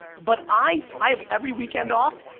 but i i have every weekend off,